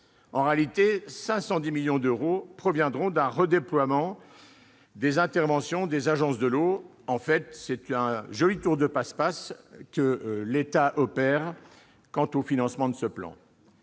En réalité, 510 millions d'euros proviendront d'un redéploiement des interventions des agences de l'eau. C'est un joli tour de passe-passe que l'État opère. Je m'inquiète également de la